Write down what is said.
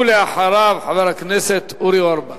ואחריו, חבר הכנסת אורי אורבך.